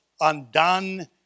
undone